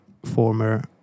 former